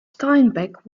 steinbeck